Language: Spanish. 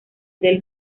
del